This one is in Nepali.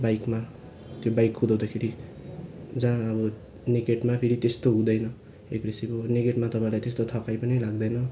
बाइकमा त्यो बाइक कुदाउँदाखेरि जहाँ अब नेकेडमा फेरि त्यस्तो हुँदैन एग्रेसिभ नेकेटमा तपाईँलाई त्यस्तो थकाइ पनि लाग्दैन